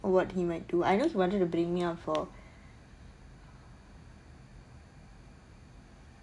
what he might do I know he wanted to bring me out for